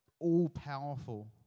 all-powerful